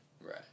Right